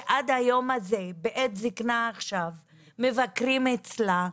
שעד היום הזה, בעת זיקנה עכשיו, מבקרים אצלה.